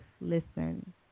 Listen